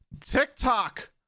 TikTok